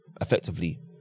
effectively